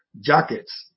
jackets